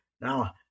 now